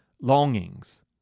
longings